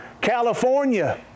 California